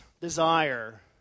desire